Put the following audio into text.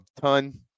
ton